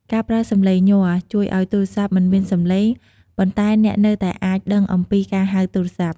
ការប្រើ “សំឡេងញ័រ” ជួយឲ្យទូរស័ព្ទមិនមានសំឡេង ប៉ុន្តែអ្នកនៅតែអាចដឹងអំពីការហៅទូរស័ព្ទ។